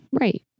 Right